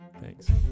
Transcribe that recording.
Thanks